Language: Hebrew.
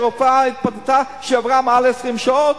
שרופאה התמוטטה כשהיא עבדה מעל 20 שעות?